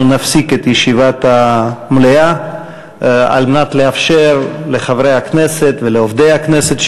אנחנו נפסיק את ישיבת המליאה על מנת לאפשר לחברי הכנסת ולעובדי הכנסת,